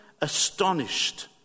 astonished